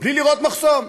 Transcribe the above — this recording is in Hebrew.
בלי לראות מחסום.